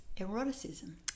eroticism